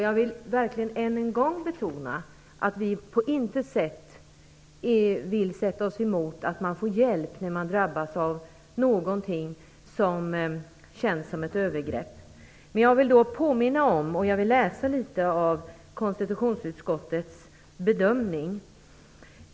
Jag vill verkligen än en gång betona att vi på intet sätt vill sätta oss emot att man får hjälp när man drabbas av någonting som känns som ett övergrepp. Jag vill läsa litet ur konstitutionsutskottets bedömning.